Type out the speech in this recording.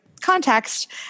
context